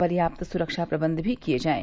पर्याप्त सुरक्षा प्रबन्ध भी किए जाएं